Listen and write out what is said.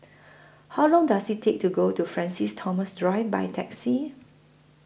How Long Does IT Take to get to Francis Thomas Drive By Taxi